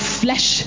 flesh